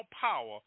power